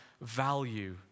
value